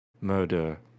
murder